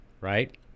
right